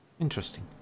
Interesting